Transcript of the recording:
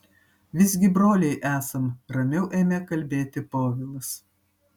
visgi broliai esam ramiau ėmė kalbėti povilas